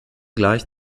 gleich